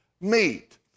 meet